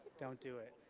don't do it.